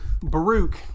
Baruch